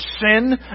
sin